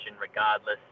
regardless